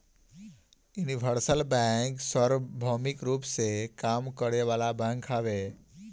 universal bank सार्वभौमिक रूप में काम करे वाला बैंक हवे